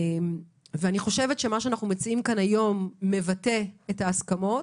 אני חושבת שמה שאנחנו מציעים כאן היום מבטא את ההסכמות.